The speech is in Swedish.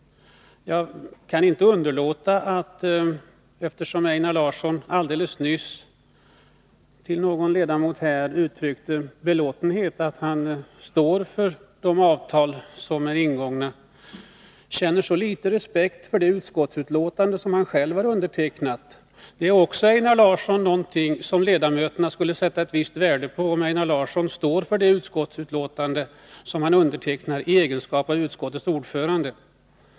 Jag kan inte underlåta att, eftersom Einar Larsson alldeles nyss till en ledamot uttryckte sin belåtenhet över att stå för ingångna avtal, beklaga att han känner så liten respekt för det utskottsbetänkande som han själv undertecknat. Ledamöterna skulle sätta ett visst värde på om Einar Larsson står för det utskottsbetänkande som han undertecknar i egenskap av utskottets ordförande.